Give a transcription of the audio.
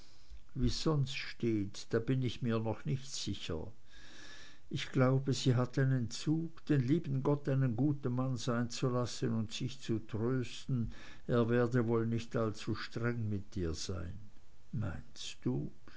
wie's sonst steht da bin ich mir doch nicht sicher ich glaube sie hat einen zug den lieben gott einen guten mann sein zu lassen und sich zu trösten er werde wohl nicht allzu streng mit ihr sein meinst du